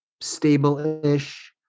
stable-ish